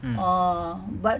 uh but